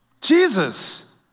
Jesus